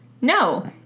no